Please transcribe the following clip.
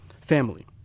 family